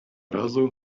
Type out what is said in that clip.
razu